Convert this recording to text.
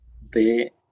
de